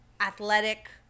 athletic